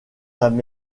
tandis